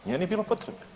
Nije niti bilo potrebe.